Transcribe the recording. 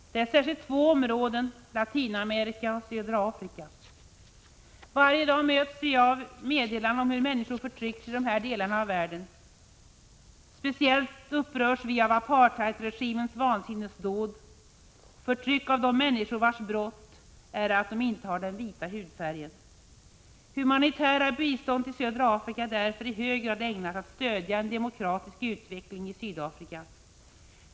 Det gäller särskilt två områden: Latinamerika och södra Afrika. Varje dag möts vi av meddelanden om hur människor förtrycks i de delarna av världen. Speciellt upprörs vi av apartheidregimens vansinnesdåd och förtryck av människor vilkas brott är att de inte har den vita hudfärgen. Humanitärt bistånd i södra Afrika är i hög grad ägnat att stödja en demokratisk utveckling i Sydafrika.